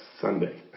Sunday